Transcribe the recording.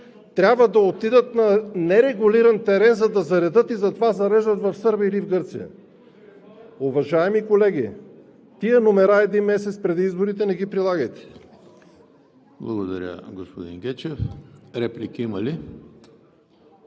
Трябва да отидат на нерегулиран терен, за да заредят и затова зареждат в Сърбия или в Гърция?! Уважаеми колеги, тези номера един месец преди изборите не ги прилагайте!